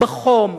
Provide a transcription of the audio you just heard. בחום,